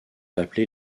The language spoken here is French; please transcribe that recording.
appelés